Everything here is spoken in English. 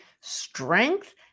strength